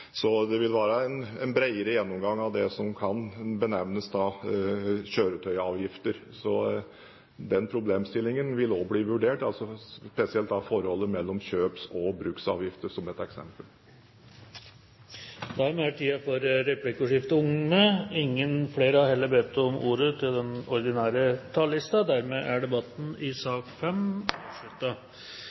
så den gjennomgangen vi nå skal ha, kommer ikke bare til å handle om drivstoffavgifter. Det vil være en bredere gjennomgang av det som kan benevnes «kjøretøyavgifter». Den problemstillingen vil også bli vurdert, spesielt da forholdet mellom kjøps- og bruksavgifter, som et eksempel. Replikkordskiftet er slutt. Flere har ikke bedt om ordet til sak nr. 5. Etter ønske fra energi- og